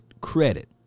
credit